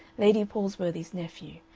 lady palsworthy's nephew,